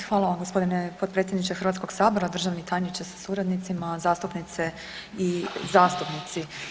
Hvala vam, g. potpredsjedniče Hrvatskog sabora, državni tajniče sa suradnicima, zastupnice i zastupnici.